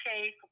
okay